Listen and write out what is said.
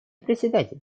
председатель